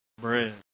bread